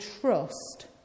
trust